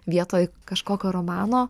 vietoj kažkokio romano